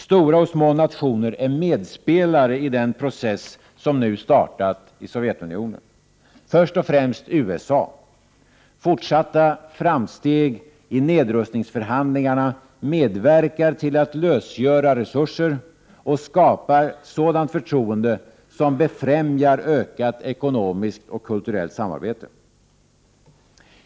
Stora och små nationer är medspelare i den process som nu startat i Sovjetunionen. Det gäller först och främst USA. Fortsatta framsteg i nedrustningsförhandlingarna medverkar till att lösgöra resurser och skapar sådant förtroende som befrämjar ökat ekonomiskt och kulturellt samarbete.